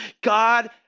God